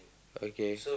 okay